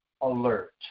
alert